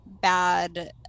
bad